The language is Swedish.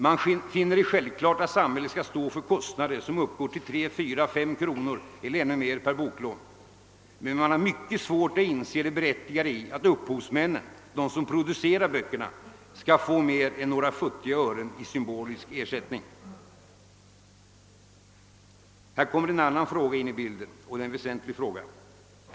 Man finner det självklart att samhället skall stå för kostnader som uppgår till 3, 4, och 5 kronor eller ännu mera per boklån, men man har mycket svårt att inse det berättigade i att upphovsmännen, de som producerar böckerna, skall få mer än några futtiga ören i symbolisk ersättning. Här kommer en annan fråga in i bilden, och det är en väsentlig fråga.